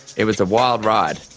it was a wild ride.